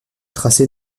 tracé